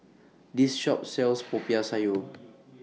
This Shop sells Popiah Sayur